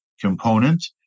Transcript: component